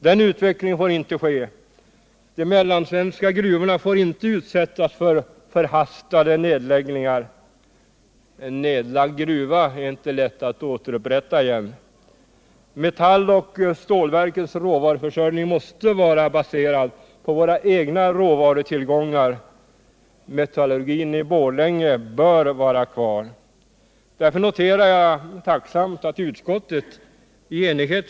Så får det inte fortsätta. De svenska gruvorna får inte utsättas för förhastade nedläggningar —- en nedlagd gruva är inte lätt att återupprätta. Metalloch stålverkens råvaruförsörjning måste vara baserad på våra egna råvarutillgångar. Metallurgin i Borlänge bör vara kvar. Jag noterar tacksamt att utskottet, f.ö.